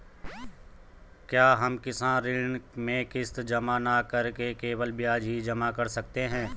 क्या हम किसान ऋण में किश्त जमा न करके केवल ब्याज ही जमा कर सकते हैं?